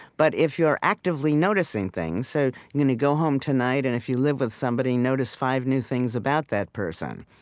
but if you're actively noticing things so you're going to go home tonight and, if you live with somebody, notice five new things about that person.